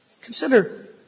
Consider